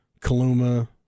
Kaluma